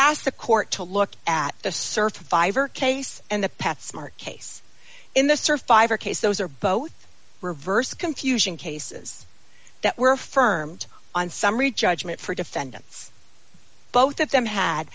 asked the court to look at the surf case and the path smart case in the surf case those are both reverse confusion cases that were firmed on summary judgment for defendants both of them had